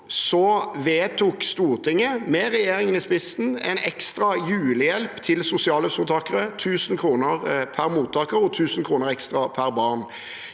vedtok Stortinget, med regjeringen i spissen, en ekstra julehjelp til sosialhjelpsmottakere, 1 000 kr per mottaker og 1 000 ekstra per barn.